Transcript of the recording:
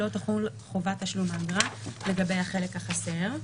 לא תחול חובת תשלום האגרה לגבי החלק החסר,